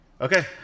Okay